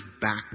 back